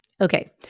Okay